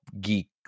geek